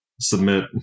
submit